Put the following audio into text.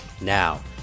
Now